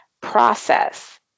process